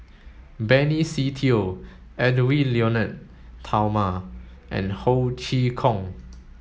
Benny Se Teo Edwy Lyonet Talma and Ho Chee Kong